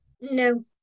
no